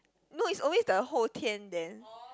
no it's always the 后天 then